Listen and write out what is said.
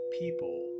people